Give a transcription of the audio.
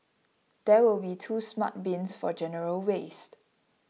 there will be two smart bins for general waste